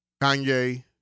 Kanye